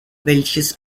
welches